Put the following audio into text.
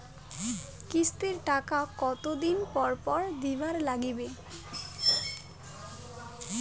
কিস্তির টাকা কতোদিন পর পর দিবার নাগিবে?